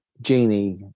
Genie